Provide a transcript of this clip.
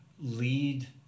lead